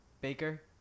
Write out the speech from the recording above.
Baker